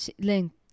Length